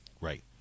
Right